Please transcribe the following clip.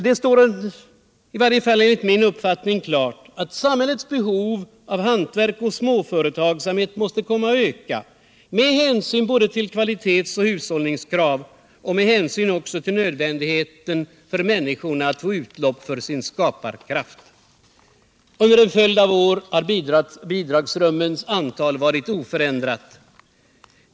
Det står i varje fall enligt min uppfattning klart att samhällets behov av hantverk och småföretagsamhet måste komma att öka med hänsyn både till kvalitetsoch hushållningskrav och till nödvändigheten för människorna att få utlopp för sin skaparkraft. Under en följd av år har bidragsrummens antal varit oförändrat.